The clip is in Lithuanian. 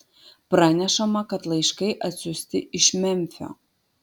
pranešama kad laiškai atsiųsti iš memfio